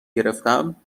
گرفتم